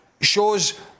shows